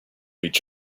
each